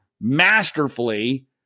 masterfully